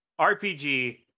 RPG